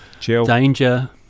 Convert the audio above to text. Danger